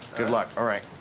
good luck, all right.